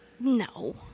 No